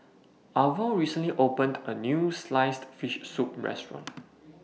Arvo recently opened A New Sliced Fish Soup Restaurant